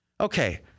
Okay